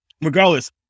Regardless